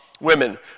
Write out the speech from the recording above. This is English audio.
Women